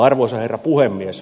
arvoisa herra puhemies